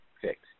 fixed